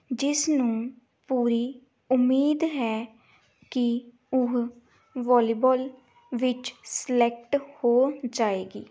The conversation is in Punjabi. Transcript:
ਜਿਸ ਨੂੰ ਪੂਰੀ ਉਮੀਦ ਹੈ ਕਿ ਉਹ ਵੋਲੀਬੁਲ ਵਿੱਚ ਸਲੈਕਟ ਹੋ ਜਾਏਗੀ